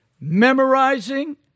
Memorizing